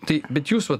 tai bet jūs va